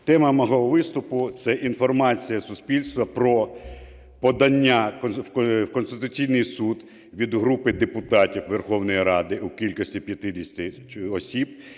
Тема мого виступу – це інформація суспільства про подання в Конституційний Суд від групи депутатів Верховної Ради у кількості 50 осіб